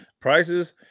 prices